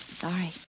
Sorry